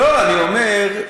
אני אומר,